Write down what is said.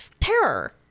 terror